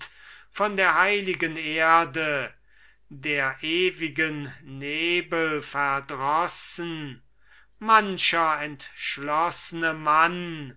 von der heiligen erde der ewigen nebel verdrossen mancher entschlossene mann